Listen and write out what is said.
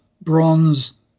bronze